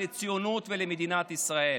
לציונות ולמדינת ישראל.